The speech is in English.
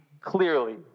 clearly